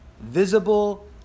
visible